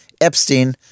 epstein